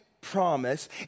promise